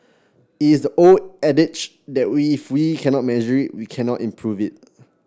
it is the old adage that we if we cannot measure we cannot improve it